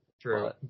True